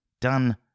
Done